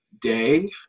day